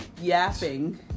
yapping